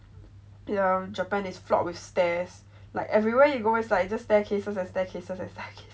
um japan is fraught with stairs like everywhere you go is always like the staircase and staircase and staircases